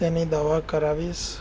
તેની દવા કરાવીશ